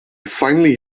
finally